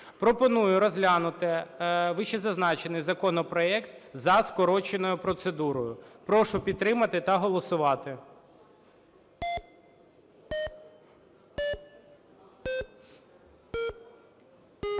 Пропоную розглянути вище зазначений законопроект за скороченою процедурою. Прошу підтримати та голосувати.